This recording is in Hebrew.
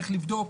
איך לבדוק.